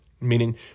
meaning